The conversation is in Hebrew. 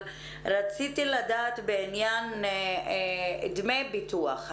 רציתי לדעת בעניין דמי ביטוח.